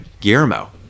Guillermo